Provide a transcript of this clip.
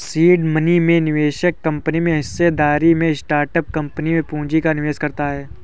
seed money में निवेशक company में हिस्सेदारी में स्टार्टअप कंपनी में पूंजी का निवेश करता है